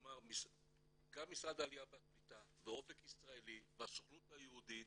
גם משרד העלייה והקליטה ואופק ישראלי והסוכנות היהודית